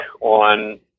on